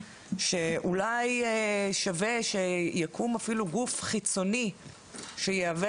שאולי שווה שיקום אפילו גוף חיצוני שיהווה